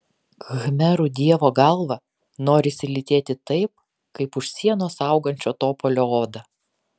khmerų dievo galvą norisi lytėti taip kaip už sienos augančio topolio odą